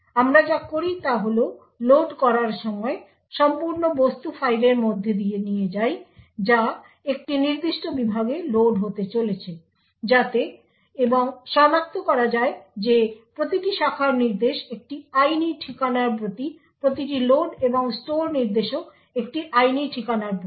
তাই আমরা যা করি তা হল লোড করার সময় সম্পূর্ণ বস্তু ফাইলের মধ্য দিয়ে নিয়ে যাই যা একটি নির্দিষ্ট বিভাগে লোড হতে চলেছে যাতে এবং সনাক্ত করা যায় যে প্রতিটি শাখার নির্দেশ একটি আইনি ঠিকানার প্রতি প্রতিটি লোড এবং স্টোর নির্দেশও একটি আইনি ঠিকানার প্রতি